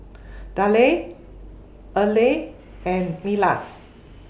Dale Earley and Milas